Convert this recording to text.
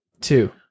Two